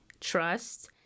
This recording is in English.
trust